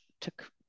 took